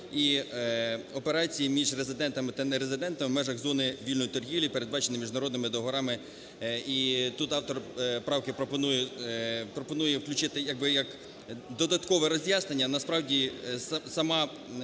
і операції між резидентами та нерезидентами у межах зони вільної торгівлі, передбачені міжнародними договорами. І тут автор правки пропонує включити як би додаткове роз'яснення, насправді сама